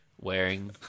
wearing